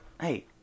hey